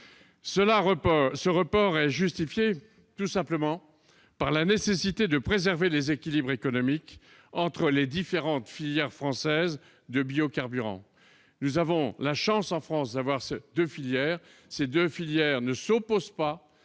Ce report est justifié par la nécessité de préserver les équilibres économiques entre les différentes filières françaises de biocarburants. Nous avons la chance d'avoir en France ces deux filières. Elles ne s'opposent pas,